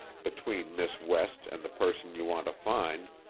between miss west and the person you want to find,